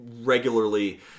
regularly